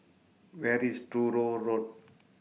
Where IS Truro Road